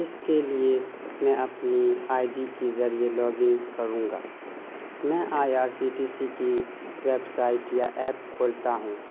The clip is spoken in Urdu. اس کے لیے میں اپنی آئی ڈی کے ذریعے لاگ ان کروں گا میں I R C T C کی ویب سائٹ یا ایپ کھولتا ہوں